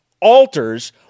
alters